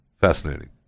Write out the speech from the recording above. Fascinating